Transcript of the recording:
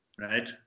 right